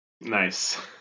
nice